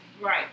Right